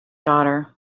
daughter